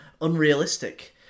unrealistic